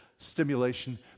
stimulation